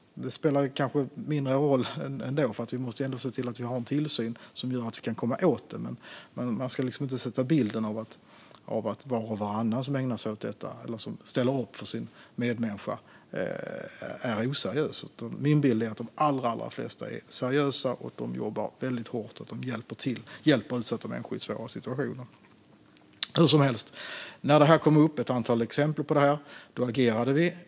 Det spelar ändå en mindre roll eftersom det måste finnas en tillsyn som gör att det går att komma åt dem. Men vi ska inte sätta bilden av att var och varannan som ställer upp för sin medmänniska är oseriös. Min bild är att de allra flesta är seriösa, jobbar hårt och hjälper utsatta människor i svåra situationer. Hur som helst! När det kom upp ett antal exempel på dessa problem agerade vi.